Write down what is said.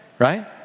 right